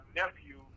nephew